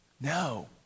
No